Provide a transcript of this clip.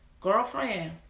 girlfriend